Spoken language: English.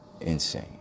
insane